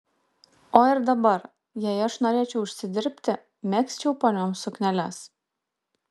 o ir dabar jei aš norėčiau užsidirbti megzčiau ponioms sukneles